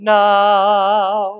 now